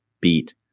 beat